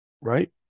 right